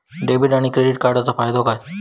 Debit आणि credit कार्डचो फायदो काय?